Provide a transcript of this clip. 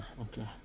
Okay